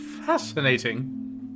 Fascinating